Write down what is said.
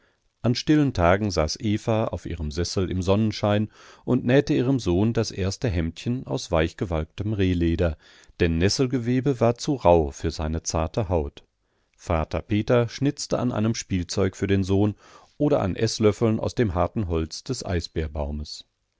an stillen tagen saß eva auf ihrem sessel im sonnenschein und nähte ihrem sohn das erste hemdchen aus weichgewalktem rehleder denn nesselgewebe war zu rauh für seine zarte haut vater peter schnitzte an einem spielzeug für den sohn oder an eßlöffeln aus dem harten holz des